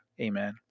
Amen